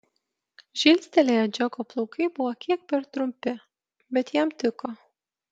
žilstelėję džeko plaukai buvo kiek per trumpi bet jam tiko